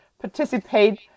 participate